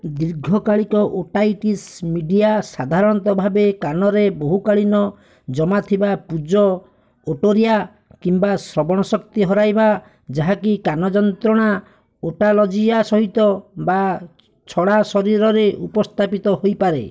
ଦୀର୍ଘ କାଳିକ otitis media ସାଧାରଣତଃ ଭାବେ କାନରେ ବହୁକାଳୀନ ଜମା ଥିବା ପୁଜ ଓଟୋରିଆ କିମ୍ବା ଶ୍ରବଣ ଶକ୍ତି ହରାଇବା ଯାହାକି କାନ ଯନ୍ତ୍ରଣା ଓଟାଲଜିଆ ସହିତ ବା ଛଡ଼ା ଶରୀରରେ ଉପସ୍ଥାପିତ ହୋଇପାରେ